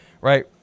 right